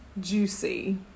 juicy